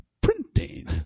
Printing